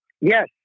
Yes